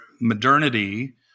modernity